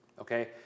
Okay